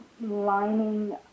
Lining